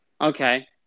Okay